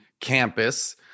campus